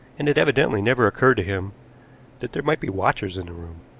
and it evidently never occurred to him that there might be watchers in the room.